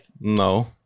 No